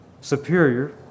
superior